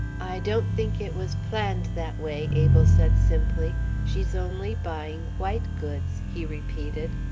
i don't think it was planned that way, abel said simply she's only buying white goods, he repeated.